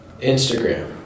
Instagram